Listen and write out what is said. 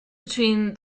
between